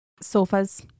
sofas